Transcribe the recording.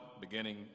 beginning